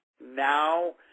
now